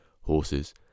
horses